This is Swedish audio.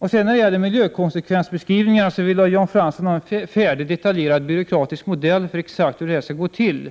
När det gäller miljökonsekvensbeskrivningarna ville Jan Fransson ha en deklaration om en färdig byråkratisk modell för hur exakt det här skall gå till.